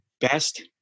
best